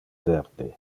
verde